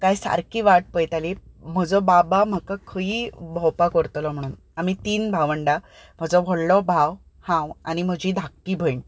काय सारकी वाट पळयताली म्हजो बाबा म्हाका खंयय भोंवपाक व्हरतलो म्हणून आमी तीन भावंडा म्हजो व्हडलो भाव हांव आनी म्हजी धाकटी भयण